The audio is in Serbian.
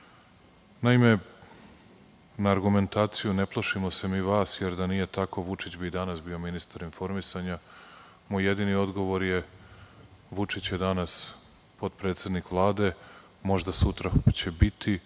na argumentaciju - ne plašimo se mi vas, jer da nije tako, Vučić bi danas bio informisanja, moj jedini odgovor je - Vučić je danas potpredsednik Vlade, možda sutra će biti,